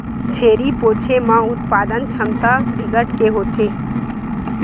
छेरी पोछे म उत्पादन छमता बिकट के होथे